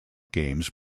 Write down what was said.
games